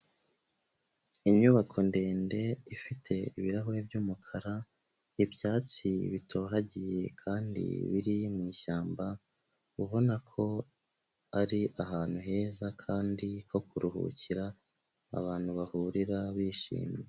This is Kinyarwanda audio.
Inyubako ndende ifite ibirahuri by'umukara, ibyatsi bitohagiye kandi biri mu ishyamba, ubona ko ari ahantu heza kandi ho kuruhukira, abantu bahurira bishimye.